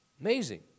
Amazing